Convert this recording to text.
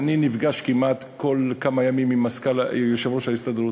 אני נפגש כמעט כל כמה ימים עם יושב-ראש ההסתדרות,